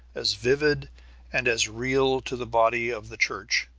as vivid and as real to the body of the church,